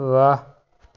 ਵਾਹ